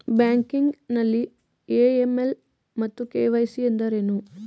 Banking ನಲ್ಲಿ AML ಮತ್ತು KYC ಎಂದರೇನು?